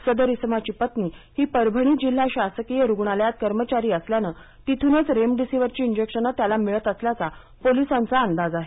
सदर इसमाची पत्नी ही परभणी जिल्हा शासकीय रुग्णालयात कर्मचारी असल्याने तिथूनच रेमडेसिविरची इंजेक्शनं त्याला मिळत असल्याचा पोलिसांचा अंदाज आहे